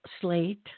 slate